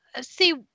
See